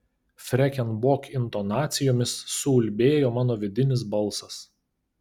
freken bok intonacijomis suulbėjo mano vidinis balsas